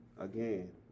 again